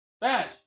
Bash